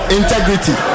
integrity